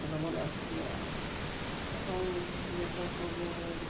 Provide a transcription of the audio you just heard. ᱟᱵᱚ ᱫᱚᱵᱚᱱ ᱟᱹᱥᱩᱞᱚᱜᱼᱟ ᱮᱵᱚᱝ ᱡᱚᱛᱚ ᱠᱚᱜᱮ